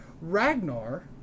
Ragnar